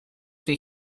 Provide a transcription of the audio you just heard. tej